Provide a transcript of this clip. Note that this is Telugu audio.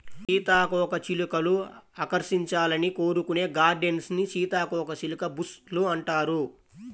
సీతాకోకచిలుకలు ఆకర్షించాలని కోరుకునే గార్డెన్స్ ని సీతాకోకచిలుక బుష్ లు అంటారు